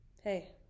hey